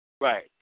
Right